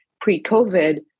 pre-COVID